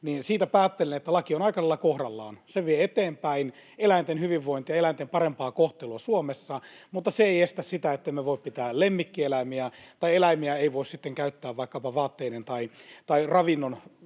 Siitä päättelen, että laki on aika lailla kohdallaan. Se vie eteenpäin eläinten hyvinvointia ja eläinten parempaa kohtelua Suomessa, mutta se ei estä sitä, ettemme voi pitää lemmikkieläimiä tai eläimiä ei voi sitten käyttää vaikkapa vaatteiden tai ravinnon